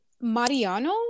Mariano